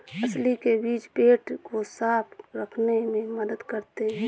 अलसी के बीज पेट को साफ़ रखने में मदद करते है